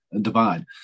Divide